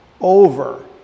over